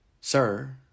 Sir